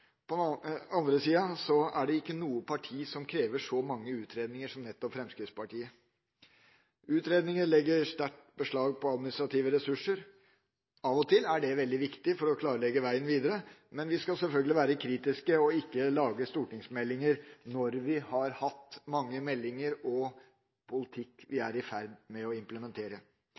På den andre sida er det ikke noe parti som krever så mange utredninger som nettopp Fremskrittspartiet. Utredninger legger sterkt beslag på administrative ressurser. Av og til er det veldig viktig for å klarlegge veien videre, men vi skal selvfølgelig være kritiske og ikke lage stortingsmeldinger når vi har hatt mange meldinger og en politikk vi er i ferd med å implementere.